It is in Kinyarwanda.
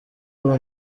uwo